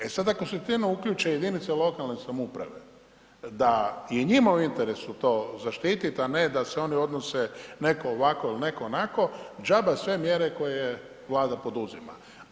E sad, ako se te ne uključe jedinice lokalne samouprave da je njima u interesu to zaštiti, a ne da se one odnose, netko ovako, netko onako, džaba sve mjere koje Vlada poduzima.